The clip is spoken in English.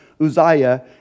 Uzziah